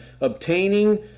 obtaining